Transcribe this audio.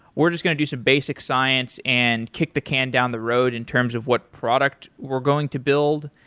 we're just going to do some basic science and kick the can down the road in terms of what product we're going to build.